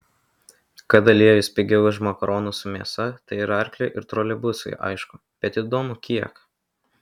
kad aliejus pigiau už makaronus su mėsa tai ir arkliui ir troleibusui aišku bet įdomu kiek